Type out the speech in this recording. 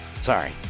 Sorry